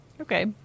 Okay